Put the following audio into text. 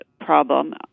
problem